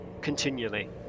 continually